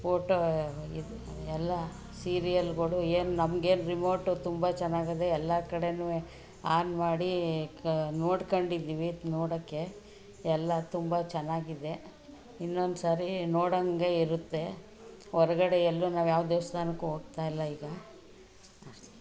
photo ಇದು ಎಲ್ಲ ಸೀರಿಯಲ್ಗಳು ಏನು ನಮ್ಗೇನು ರಿಮೋಟು ತುಂಬ ಚೆನ್ನಾಗಿದೆ ಎಲ್ಲ ಕಡೆನೂ ಆನ್ ಮಾಡಿ ಕ ನೋಡ್ಕೊಂಡಿದ್ದೀವಿ ನೋಡೋಕ್ಕೆ ಎಲ್ಲ ತುಂಬ ಚೆನ್ನಾಗಿದೆ ಇನ್ನೊಂದು ಸರಿ ನೋಡೋಂಗೆ ಇರುತ್ತೆ ಹೊರ್ಗಡೆ ಎಲ್ಲೂ ನಾವು ಯಾವ ದೇವಸ್ಥಾನಕ್ಕು ಹೋಗ್ತಾಯಿಲ್ಲ ಈಗ